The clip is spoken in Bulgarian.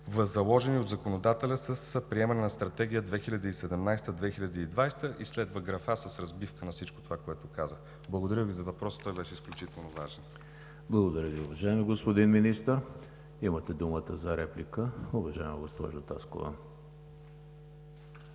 в заложени от законодателя с приемане на Стратегия 2017 – 2020. Следва графа с разбивка на всичко това, което казах. Благодаря Ви за въпроса – беше изключително важен. ПРЕДСЕДАТЕЛ ЕМИЛ ХРИСТОВ: Благодаря Ви, уважаеми господин Министър. Имате думата за реплика, уважаема госпожо Таскова.